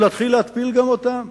ולהתחיל להתפיל גם אותם.